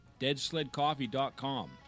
deadsledcoffee.com